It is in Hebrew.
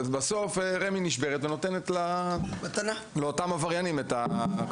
בסוף רמ״י נשברת ונותנת את הקרקעות לאותם עבריינים.